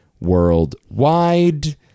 worldwide